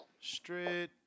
Straight